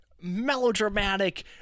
melodramatic